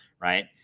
right